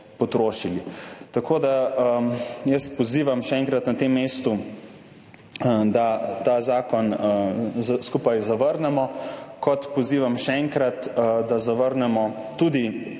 potrošili. Tako da pozivam še enkrat na tem mestu, da ta zakon skupaj zavrnemo, ter pozivam še enkrat, da zavrnemo tudi